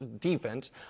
defense